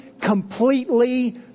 completely